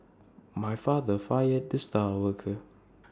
my father fired the star worker